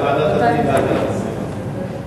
לוועדת הפנים והגנת הסביבה.